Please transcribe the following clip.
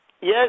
Yes